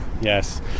Yes